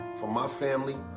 from my family,